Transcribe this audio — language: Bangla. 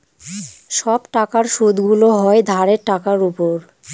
সব টাকার সুদগুলো হয় ধারের টাকার উপর